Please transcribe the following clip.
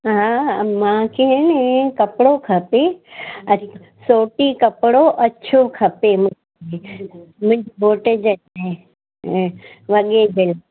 हा मूंखे ए न कपिड़ो खपे अ सोटी कपिड़ो अछो खपे मुंहिजे घोटु जे ए ए वॻे जे